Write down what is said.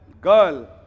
girl